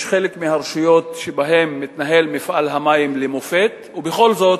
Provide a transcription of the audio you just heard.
בחלק מהרשויות מפעל המים מתנהל למופת, ובכל זאת,